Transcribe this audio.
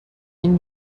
این